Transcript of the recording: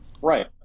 Right